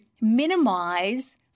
minimize